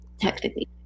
technically